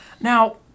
Now